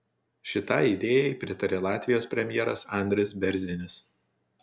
šitai idėjai pritarė latvijos premjeras andris bėrzinis